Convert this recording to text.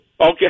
Okay